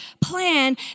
plan